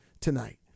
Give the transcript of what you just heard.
tonight